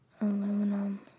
Aluminum